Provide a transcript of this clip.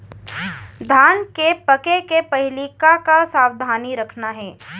धान के पके के पहिली का का सावधानी रखना हे?